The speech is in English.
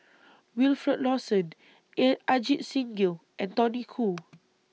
Wilfed Lawson Ajit Singh Gill and Tony Khoo